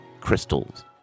crystals